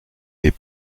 les